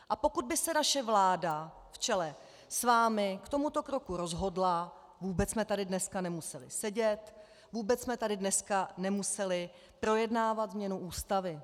A pokud by se naše vláda v čele s vámi k tomuto kroku rozhodla, vůbec jsme tady dneska nemuseli sedět, vůbec jsme tady dneska nemuseli projednávat změnu Ústavy.